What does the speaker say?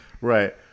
Right